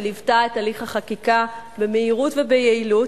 שליוותה את הליך החקיקה במהירות וביעילות,